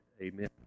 Amen